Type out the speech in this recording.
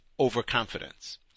overconfidence